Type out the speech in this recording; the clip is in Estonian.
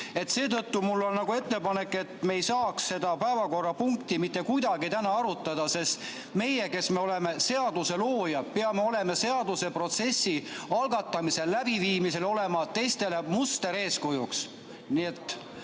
Seetõttu mul on ettepanek, et me ei saa seda päevakorrapunkti mitte kuidagi täna arutada, sest meie, kes me oleme seaduseloojad, peame seaduseprotsessi algatamisel ja läbiviimisel olema teistele mustereeskujuks.